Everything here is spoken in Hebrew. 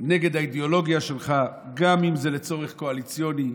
נגד האידיאולוגיה שלך גם אם זה לצורך קואליציוני,